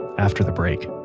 after the break